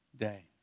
day